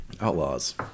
Outlaws